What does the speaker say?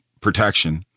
protection